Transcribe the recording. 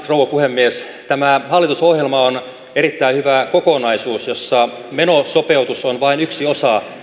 rouva puhemies tämä hallitusohjelma on erittäin hyvä kokonaisuus jossa menosopeutus on vain yksi osa